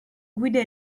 guide